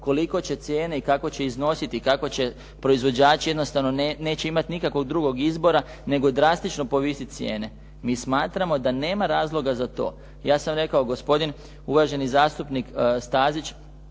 koliko će cijene i kako će iznositi, kako će proizvođači jednostavno neće imati nikakvog drugog izbora nego drastično povisiti cijene. Mi smatramo da nema razloga za to. Ja sam rekao gospodin uvaženi zastupnik Stazić